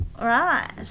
Right